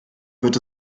wird